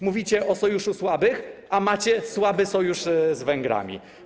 Mówicie o sojuszu słabych, a macie słaby sojusz z Węgrami.